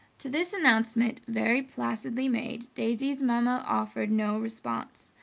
to this announcement, very placidly made, daisy's mamma offered no response.